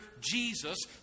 Jesus